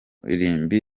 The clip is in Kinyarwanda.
irimbi